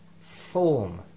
form